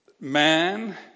man